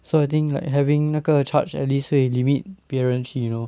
so I think like having 那个 charge at least 会 limit 别人去 you know